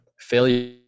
failure